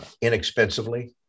inexpensively